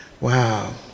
Wow